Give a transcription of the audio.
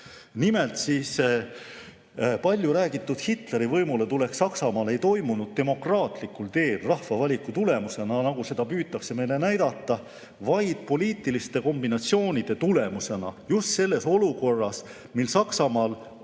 Nimelt, paljuräägitud Hitleri võimuletulek Saksamaal ei toimunud demokraatlikul teel rahva valiku tulemusena, nagu seda püütakse meile näidata, vaid poliitiliste kombinatsioonide tulemusena. Just selles olukorras, kui Saksamaa